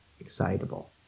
excitable